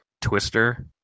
Twister